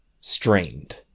Strained